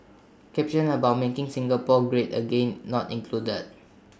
caption about making Singapore great again not included